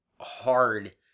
hard